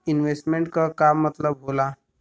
Investment क का मतलब हो ला?